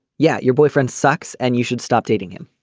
yeah. your boyfriend sucks and you should stop dating him.